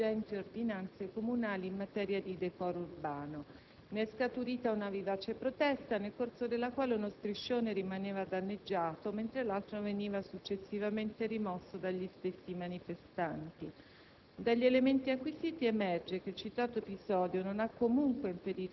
quanto attività ritenute in violazione del divieto posto da vigenti ordinanze comunali in materia di decoro urbano. Ne è scaturita una vivace protesta nel corso della quale uno striscione rimaneva danneggiato, mentre l'altro veniva successivamente rimosso dagli stessi manifestanti.